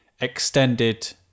extended